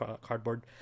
cardboard